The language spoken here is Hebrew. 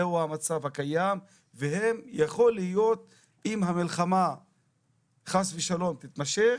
אם המלחמה תמשיך,